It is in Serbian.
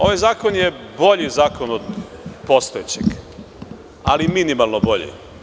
Ovaj zakon je bolji od postojećeg, ali minimalno bolji.